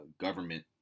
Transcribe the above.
government